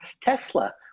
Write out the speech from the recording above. Tesla